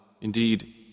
Indeed